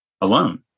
alone